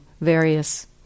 various